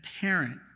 parent